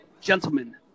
Gentlemen